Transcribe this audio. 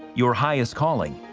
your highest calling,